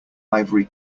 ivory